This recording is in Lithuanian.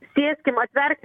sėskim atvert